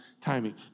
timing